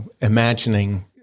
imagining